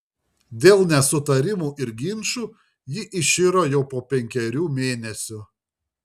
dėl nesutarimų ir ginčų ji iširo jau po penkerių mėnesių